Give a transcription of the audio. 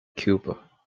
cuba